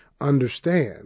understand